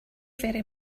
very